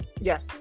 Yes